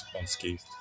unscathed